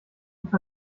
nicht